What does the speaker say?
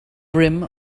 rim